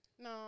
No